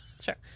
Sure